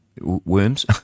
worms